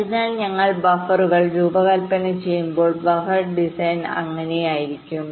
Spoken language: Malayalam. അതിനാൽ ഞങ്ങൾ ബഫറുകൾ രൂപകൽപ്പന ചെയ്യുമ്പോൾ ബഫർ ഡിസൈൻ അങ്ങനെയായിരിക്കും